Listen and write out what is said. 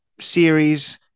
series